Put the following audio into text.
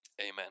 Amen